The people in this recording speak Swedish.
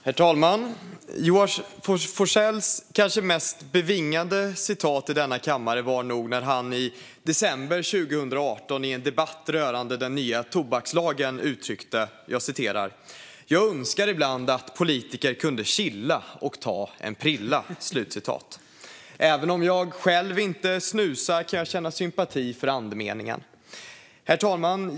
Herr talman! Joar Forssells kanske mest bevingade citat i denna kammare var nog när han i december 2018 i en debatt rörande den nya tobakslagen uttryckte sig så här: "Jag önskar ibland att politiker kunde chilla och ta en prilla." Även om jag själv inte snusar kan jag känna sympati för andemeningen. Herr talman!